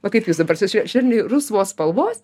va kaip jūs dabar su šve švelniai rusvos spalvos